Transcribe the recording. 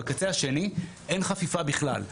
בקצה השני אין חפיפה בכלל,